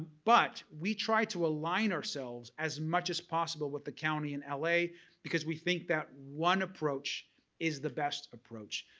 but, we try to align ourselves as much as possible with the county in la because we think that one approach is the best approach.